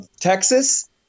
Texas